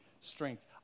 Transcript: strength